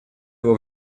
его